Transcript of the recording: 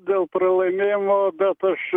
dėl pralaimėjimo bet aš